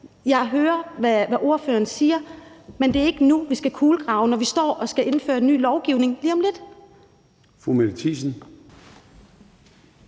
Jeg hører, hvad ordføreren siger, men det er ikke nu, vi skal kulegrave, når vi står og skal indføre en ny lovgivning lige om lidt. Kl.